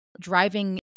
driving